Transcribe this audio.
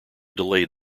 delayed